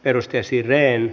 edustaja siren